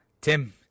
Tim